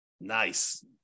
Nice